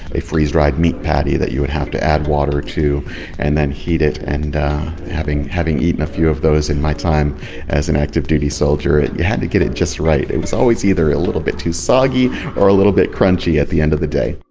a freeze-dried meat patty that you would have to add water to and then heat it and having having eaten a few of those in my time as an active-duty soldier, you had to get it just right. it was always either a little bit too soggy or a little bit crunchy. at the end of the day.